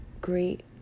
great